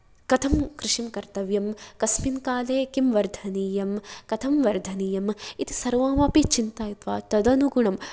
कथं कृषिं कर्तव्यं कस्मिन् काले किं वर्धनीयं कथं वर्धनीयम् इति सर्वमपि चिन्तयित्वा तदनुगुणं